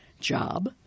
job